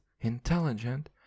intelligent